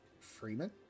Freeman